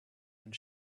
and